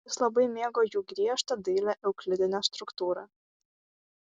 jis labai mėgo jų griežtą dailią euklidinę struktūrą